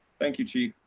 thank you, chief.